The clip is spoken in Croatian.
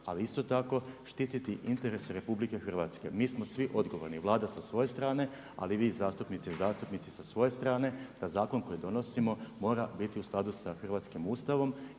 ali isto tako štititi interese Republike Hrvatske. Mi smo svi odgovorni, Vlada sa svoje strane, ali i vi zastupnice i zastupnici sa svoje strane da zakon koji donosimo mora biti u skladu sa hrvatskim Ustavom